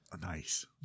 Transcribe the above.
Nice